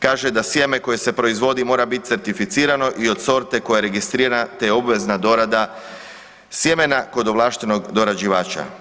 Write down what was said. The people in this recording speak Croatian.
Kaže da sjeme koje se proizvodi mora biti certificirano i od sorte koja je registrirana te obvezna dorada sjemena kod ovlaštenog dorađivača.